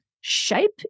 shape